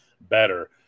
better